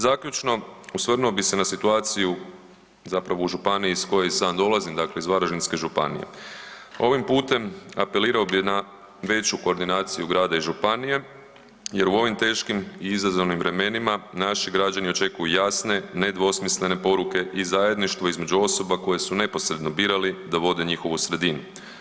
Zaključno, osvrnuo bi se na situaciju zapravo u županiji iz koje sam dolazim, dakle iz Varaždinske županije, ovim putem apelirao bi na veću koordinaciju grada i županije jer u ovim teškim i izazovnim vremenima naši građani očekuju jasne nedvosmislene poruke i zajedništvo između osoba koje su neposredno birali da vode njihovu sredinu.